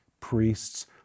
priests